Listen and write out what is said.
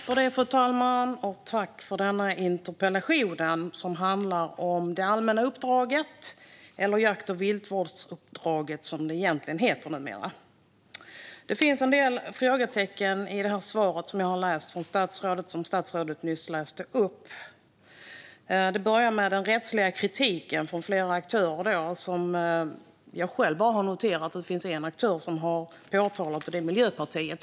Fru talman! Jag tackar för denna interpellation, som handlar om det allmänna uppdraget - eller jakt och viltvårdsuppdraget, som det egentligen heter numera. Det finns en del frågetecken i svaret från statsrådet, som jag har läst och som han nyss läste upp. Jag vill börja med att det ska ha kommit rättslig kritik från flera aktörer. Jag har själv bara noterat en aktör som har påtalat detta, och det är Miljöpartiet.